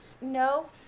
no